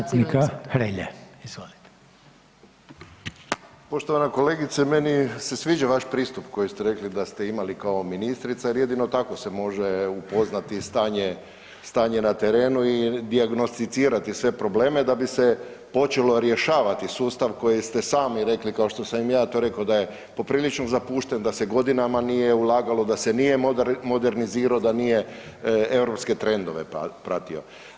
Poštovana kolegice, meni se sviđa vaš pristup koji ste rekli da ste imali kao ministrica jer jedino tako se može upoznati stanje, stanje na terenu i dijagnosticirati sve probleme da bi se počelo rješavati sustav koji ste sami rekli, kao što sam i ja to rekao, da je poprilično zapušten, da se godinama nije ulagalo, da se nije modernizirao, da nije europske trendove pratio.